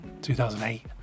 2008